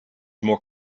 more